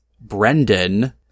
Brendan